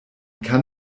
kann